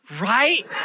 right